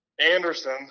Anderson